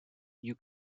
you